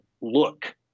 look